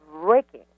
breaking